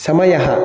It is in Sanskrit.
समयः